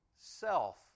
self